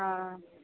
हँ